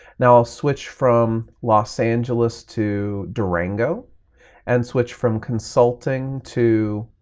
now i'll switch from los angeles to durango and switch from consulting to,